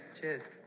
Cheers